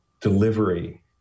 delivery